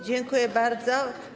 Dziękuję bardzo.